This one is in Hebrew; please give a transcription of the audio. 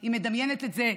היא מדמיינת את זה,